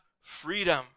freedom